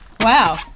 Wow